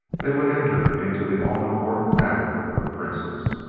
they would enter into the all important matter of the princess.